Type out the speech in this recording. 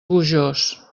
gojós